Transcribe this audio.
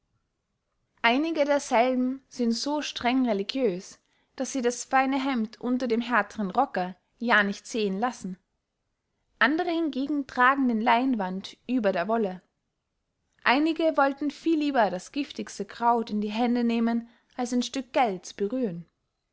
einige derselben sind so streng religios daß sie das feine hemd unter dem härenen rocke ja nicht sehen lassen andere hingegen tragen den leinwand über der wolle einige wollten viel lieber das giftigste kraut in die hände nehmen als ein stück gelds berühren